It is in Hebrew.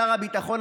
שר הביטחון,